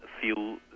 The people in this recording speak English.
feel